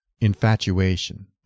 infatuation